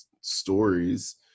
stories